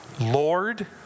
Lord